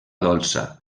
dolça